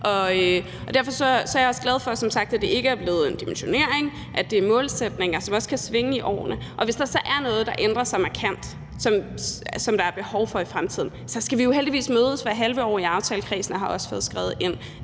og derfor er jeg som sagt også glad for, at det ikke er blevet en dimensionering; at det er målsætninger, der også kan svinge over årene. Og hvis der så er noget, der ændrer sig markant, som der er behov for i fremtiden, så skal vi jo heldigvis mødes hvert halve år i aftalekredsen, og vi har også fået skrevet ind,